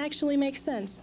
actually makes sense